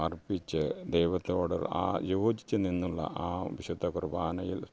അർപ്പിച്ച് ദൈവത്തോട് ആ യോജിച്ചു നിന്നുള്ള ആ വിശുദ്ധ കുർബാനയിൽ